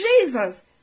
Jesus